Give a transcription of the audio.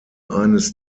eines